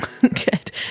Good